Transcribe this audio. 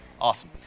Awesome